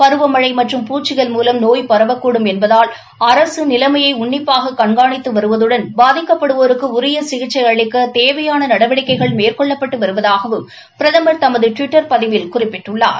பருவமழை மற்றும் பூச்சிகள் மூலம் நோய்ப் பரவக்கூடும் என்பதால் அரசு நிலைமையை உன்னிப்பாக கண்காணித்து வருவதுடன் பாதிக்கப்படுவோருக்கு உரிய சிகிச்சை அளிக்க தேவையான நடவடிக்கைகள் மேற்கொள்ளப்பட்டு வருவதாகவும் பிரதமர் தமது ட்விட்டர் பதிவில் குறிப்பிட்டுள்ளார்